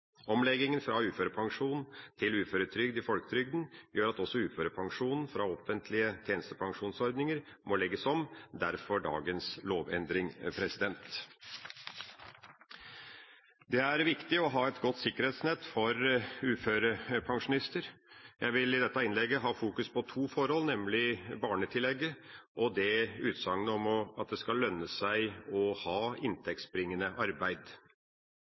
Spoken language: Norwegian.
kraft fra 2015. Omlegginga fra uførepensjon til uføretrygd i folketrygden gjør at også uførepensjon fra offentlige tjenestepensjonsordninger må legges om – derfor dagens lovendring. Det er viktig å ha et godt sikkerhetsnett for uførepensjonister. Jeg vil i dette innlegget fokusere på to forhold, nemlig barnetillegget og utsagnet om at det skal lønne seg å ha inntektsbringende arbeid.